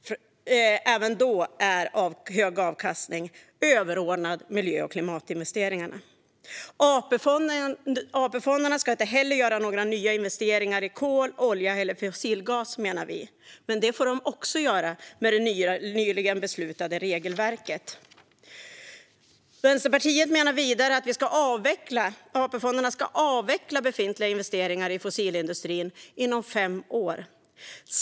Även nu är hög avkastning överordnad miljö och klimatinvesteringarna. AP-fonderna ska inte heller göra några nya investeringar i kol, olja eller fossilgas, menar vi. Men det får de också göra med det nyligen beslutade regelverket. Vänsterpartiet menar vidare att AP-fonderna ska avveckla befintliga investeringar i fossilindustrin inom fem år.